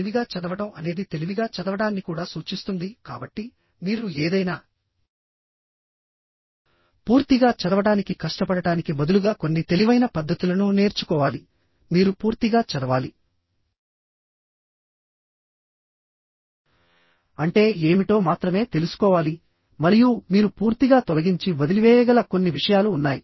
తెలివిగా చదవడం అనేది తెలివిగా చదవడాన్ని కూడా సూచిస్తుంది కాబట్టి మీరు ఏదైనా పూర్తిగా చదవడానికి కష్టపడటానికి బదులుగా కొన్ని తెలివైన పద్ధతులను నేర్చుకోవాలి మీరు పూర్తిగా చదవాలి అంటే ఏమిటో మాత్రమే తెలుసుకోవాలి మరియు మీరు పూర్తిగా తొలగించి వదిలివేయగల కొన్ని విషయాలు ఉన్నాయి